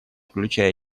включая